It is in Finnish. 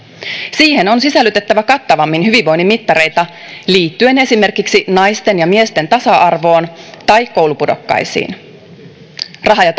siihen on sisällytettävä kattavammin hyvinvoinnin mittareita liittyen esimerkiksi naisten ja miesten tasa arvoon tai koulupudokkaisiin talous ja